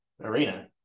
arena